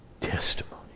testimony